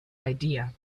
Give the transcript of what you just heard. idea